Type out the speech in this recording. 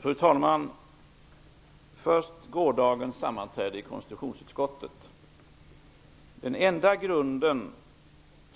Fru talman! Först några ord om gårdagens sammanträde i konstitutionsutskottet. Den enda grund